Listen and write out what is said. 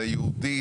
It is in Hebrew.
היהודית,